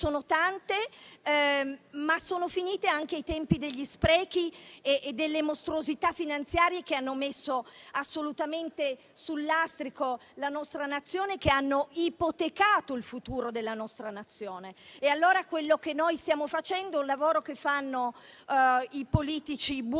sono tante, ma sono finiti anche i tempi degli sprechi e delle mostruosità finanziarie, che hanno messo assolutamente sul lastrico la nostra Nazione, e hanno ipotecato il futuro della nostra Nazione. Noi stiamo facendo un lavoro che fanno i politici buoni,